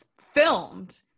filmed